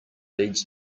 leads